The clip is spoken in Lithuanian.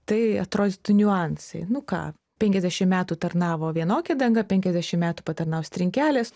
tai atrodytų niuansai nu ką penkiasdešimt metų tarnavo vienokia danga penkiasdešimt metų patarnaus trinkelės